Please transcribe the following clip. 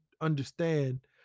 understand